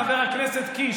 חבר הכנסת קיש,